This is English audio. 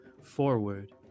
forward